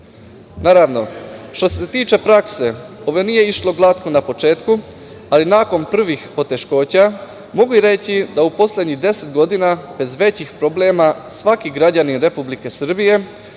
Naravno, što se tiče prakse ovo nije išlo glatko na početku, ali nakon prvih poteškoća mogu reći da u poslednjih deset godina bez većih problema svaki građanin Republike Srbije